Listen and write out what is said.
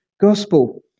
gospel